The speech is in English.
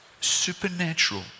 Supernatural